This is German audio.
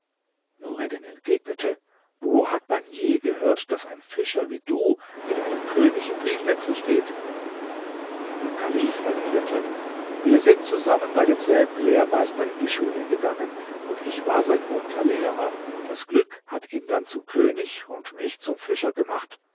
entgegnete wo hat man je gehört daß ein fischer wie du mit einem könig in briefwechsel steht der kalif erwiderte wir sind zusammen bei demselben lehrmeister in die schule gegangen und ich war sein unterlehrer das glück hat ihn dann zum könig und mich zum fischer gemacht